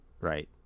Right